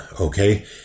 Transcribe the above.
okay